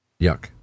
Yuck